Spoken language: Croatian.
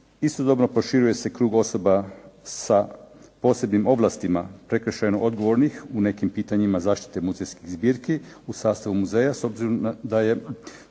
Istodobno proširuje se krug osoba sa posebnim ovlastima prekršajno odgovornih u nekim pitanjima zaštite muzejskih zbirki u sastavu muzeja s obzirom da je